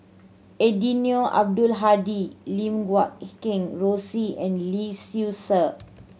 Eddino Abdul Hadi Lim Guat Kheng Rosie and Lee Seow Ser